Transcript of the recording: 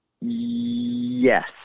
Yes